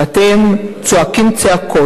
ותכף אני אפרט.